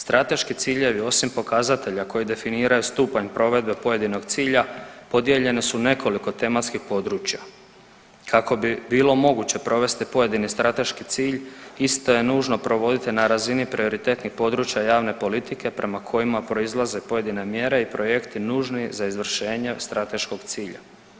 Strateški ciljevi osim pokazatelja koji definiraju stupanj provedbe pojedinog cilja podijeljene su u nekoliko tematskih područja kako bi bilo moguće provesti pojedini strateški cilj isto je nužno provoditi na razini prioritetnih područja javne politike prema kojima proizlaze pojedine mjere i projekti nužni za izvršenje strateškog cilja.